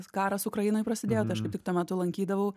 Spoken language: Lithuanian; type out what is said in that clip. karas ukrainoj prasidėjo tai aš kaip tik tuo metu lankydavau